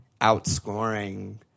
outscoring